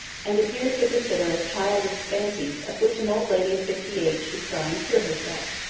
and appeared to consider as childish fancies of which an old lady of fifty-eight should try and cure herself.